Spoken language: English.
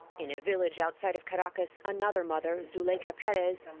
in a village outside of caracas, another mother, zuleica perez,